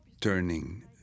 turning